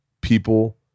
people